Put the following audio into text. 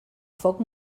foc